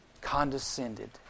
condescended